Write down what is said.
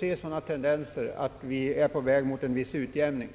se tendenser till att vi är på väg mot en viss utjämning.